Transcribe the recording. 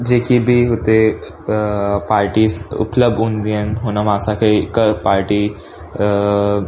जेकी बि हुते पाटीस उपलब्ध हूंदी आहिनि हुन मां असांखे हिक पाटी